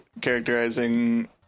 characterizing